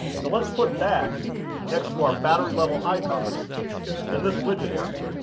so, let's put that next to our battery level icon in this widget area.